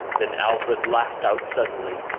then alfred laughed out suddenly,